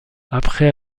après